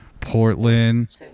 Portland